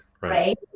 right